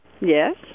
Yes